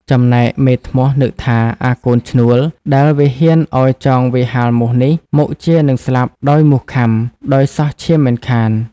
ចំណែកមេធ្នស់នឹកថា អាកូនឈ្នួល ដែលវាហ៊ានឲ្យចងវាហាលមូសនេះ មុខជានឹងស្លាប់ដោយមូសខាំ ដោយសោះឈាមមិនខាន។